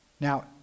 Now